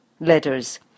letters